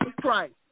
Christ